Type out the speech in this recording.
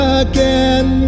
again